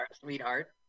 sweetheart